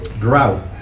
drought